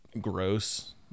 gross